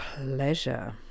pleasure